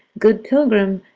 good pilgrim,